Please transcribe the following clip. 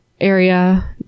area